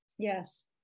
Yes